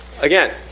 Again